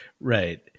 right